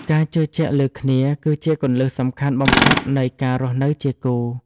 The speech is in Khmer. ការជឿជាក់លើគ្នាគឺជាគន្លឹះសំខាន់បំផុតនៃការរស់នៅជាគូ។